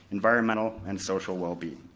environmental, and social wellbeing.